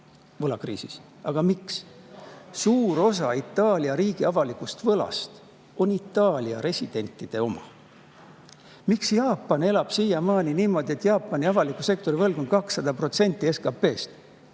võlakriisis püsima. Aga miks? Suur osa Itaalia riigi avalikust võlast on Itaalia residentide oma. Miks Jaapan elab siiamaani niimoodi, et avaliku sektori võlg on 200% SKP‑st?